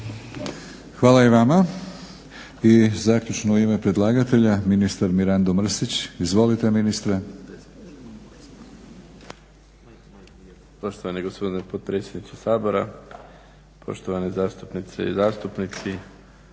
Hvala i vama. I zaključno u ime predlagatelja ministar Mirando Mrsić. Izvolite ministre. **Mrsić, Mirando (SDP)** Poštovani gospodine potpredsjedniče Sabora, poštovane zastupnice i zastupnici